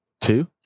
Two